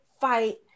fight